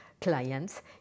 clients